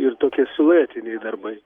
ir tokie siluetiniai darbai